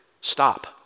Stop